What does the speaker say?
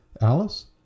Alice